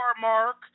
mark